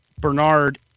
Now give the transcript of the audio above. Bernard